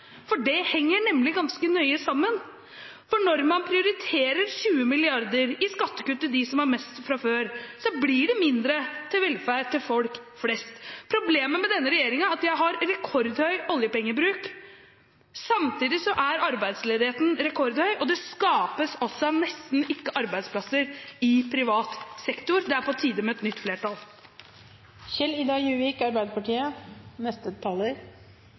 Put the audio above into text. for det henger nemlig ganske nøye sammen. For når man prioriterer 20 mrd. kr i skattekutt til dem som har mest fra før, blir det mindre til velferd for folk flest. Problemet med denne regjeringen er en rekordhøy oljepengebruk. Samtidig er arbeidsledigheten rekordhøy, og det skapes nesten ikke arbeidsplasser i privat sektor. Det er på tide med et nytt